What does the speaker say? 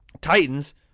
Titans